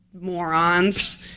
morons